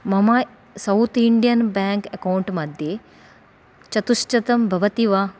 मम सौत् Indian bank account मध्ये चतुश्शतम् भवति वा